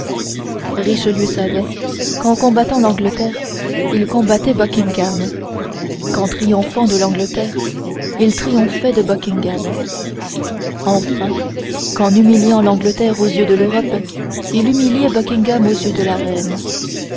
richelieu savait qu'en combattant l'angleterre il combattait buckingham qu'en triomphant de l'angleterre il triomphait de buckingham enfin qu'en humiliant l'angleterre aux yeux de l'europe il humiliait buckingham aux yeux de la reine